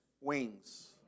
wings